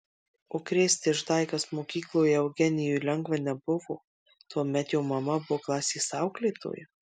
o krėsti išdaigas mokykloje eugenijui lengva nebuvo tuomet jo mama buvo klasės auklėtoja